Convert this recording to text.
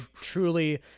truly